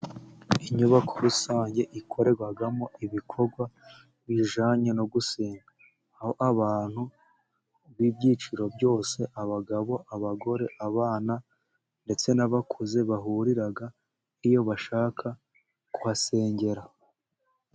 Inyubako rusange ikorerwamo ibikorwa bijyanye no gusenga aho abantu b'ibyiciro byose ,abagabo, abagore abana ndetse n'abakuze bahurira iyo bashaka kuhasengera.